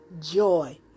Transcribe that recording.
joy